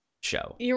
show